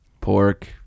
Pork